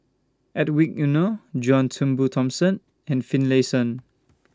Hedwig Anuar John Turnbull Thomson and Finlayson